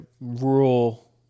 rural